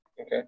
Okay